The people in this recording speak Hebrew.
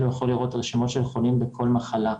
והוא יכול לראות רשימות של חולים בכל מחלה.